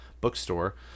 bookstore